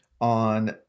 on